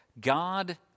God